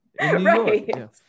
Right